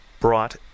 brought